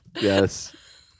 yes